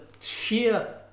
sheer